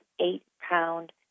eight-pound